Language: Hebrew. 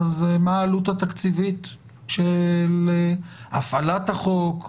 מה העלות התקציבית של הפעלת החוק,